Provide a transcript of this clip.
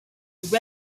rest